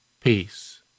peace